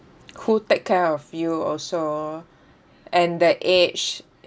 who take care of you also and the age